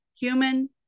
human